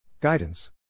Guidance